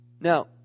Now